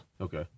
okay